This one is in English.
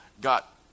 got